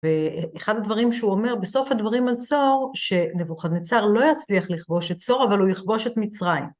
ואחד הדברים שהוא אומר בסוף הדברים על צור, שנבוכדנצר לא יצליח לכבוש את צור, אבל הוא יכבוש את מצרים.